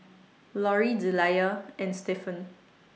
Lorri Delia and Stephan